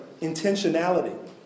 intentionality